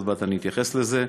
עוד מעט אני אתייחס לזה,